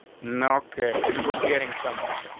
no. okay, so we're getting somewhere,